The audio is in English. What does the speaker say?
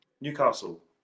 Newcastle